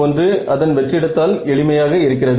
g1 அதன் வெற்றிடத்தால் எளிமையாக இருக்கிறது